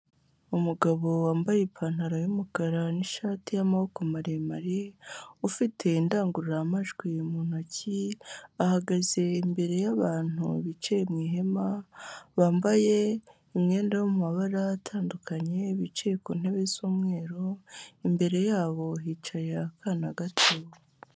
Umugabo wambaye ipantaro y'umukara n'ishati y'amaboko maremare, ufite indangururamajwi mu ntoki, ahagaze imbere y'abantu bicaye mu ihema, bambaye imyenda yo mu mabara atandukanye bicaye ku ntebe z'umweru, imbere yabo hicaye akana gato.